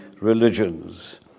religions